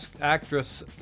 actress